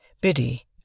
Biddy